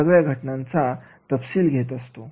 सगळ्या घटनेचा तपशील घेत असतो